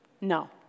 No